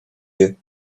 you